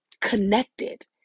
connected